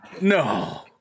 no